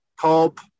Pulp